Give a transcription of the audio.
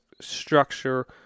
structure